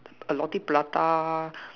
a roti prata